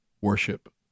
worship